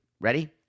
ready